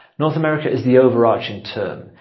north america is the overarching term,